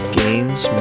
games